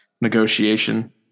negotiation